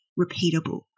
repeatable